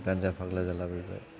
गानजा फाग्ला जाला बायबाय